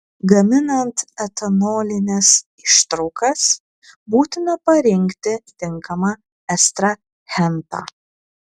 gaminant etanolines ištraukas būtina parinkti tinkamą ekstrahentą